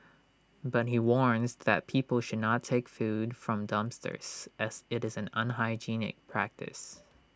but he warns that people should not take food from dumpsters as IT is an unhygienic practice